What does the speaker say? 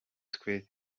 twe